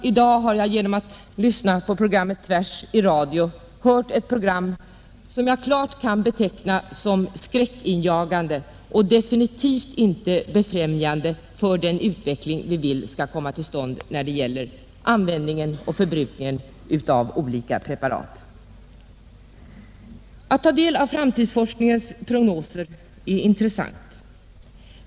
I dag har jag genom att lyssna på programmet ”Tvärs” i radio hört ett inlägg som jag klart kan beteckna som skräckinjagande och definitivt inte befrämjande för den utveckling vi vill skall komma till stånd när det gäller användningen av olika preparat. Att ta del av framtidsforskningens prognoser är intressant.